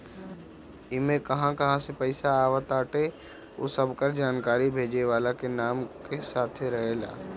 इमे कहां कहां से पईसा आवताटे उ सबकर जानकारी भेजे वाला के नाम के साथे रहेला